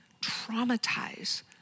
traumatize